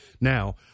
now